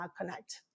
connect